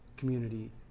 community